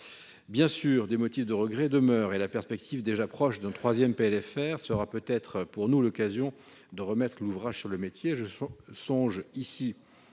Bien sûr, des motifs de regrets demeurent et la perspective déjà proche d'un troisième PLFR sera peut-être pour nous l'occasion de remettre l'ouvrage sur le métier. Je songe aux